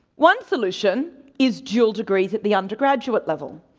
one solution is dual degrees at the undergraduate level.